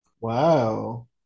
Wow